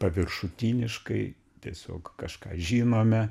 paviršutiniškai tiesiog kažką žinome